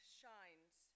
shines